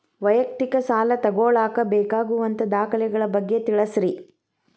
ವೈಯಕ್ತಿಕ ಸಾಲ ತಗೋಳಾಕ ಬೇಕಾಗುವಂಥ ದಾಖಲೆಗಳ ಬಗ್ಗೆ ತಿಳಸ್ರಿ